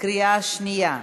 בקריאה שנייה.